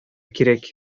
кирәк